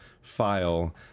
file